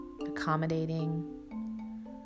accommodating